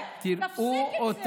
תפסיק כבר לקחת בעלות על המסורת.